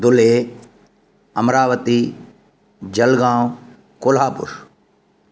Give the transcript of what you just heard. Dhule Amravati Jalgaon Kolhapur